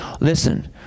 Listen